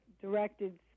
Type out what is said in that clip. directed